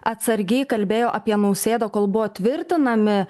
atsargiai kalbėjo apie nausėdą kol buvo tvirtinami